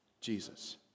Jesus